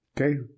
Okay